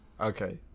Okay